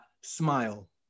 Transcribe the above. smile